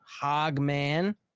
Hogman